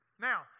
Now